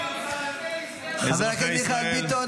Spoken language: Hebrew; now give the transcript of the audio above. אזרחי ישראל ------ חבר הכנסת מיכאל ביטון,